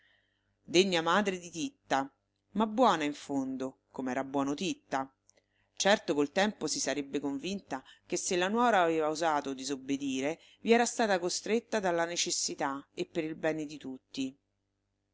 degna madre di titta ma buona in fondo com'era buono titta certo col tempo si sarebbe convinta che se la nuora aveva osato disobbedire vi era stata costretta dalla necessità e per il bene di tutti